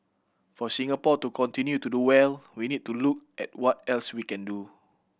for Singapore to continue to do well we need to look at what else we can do